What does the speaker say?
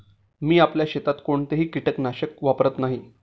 मी आपल्या शेतात कोणतेही कीटकनाशक वापरत नाही